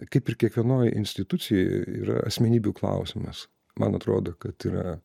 kaip ir kiekvienoj institucijoj yra asmenybių klausimas man atrodo kad yra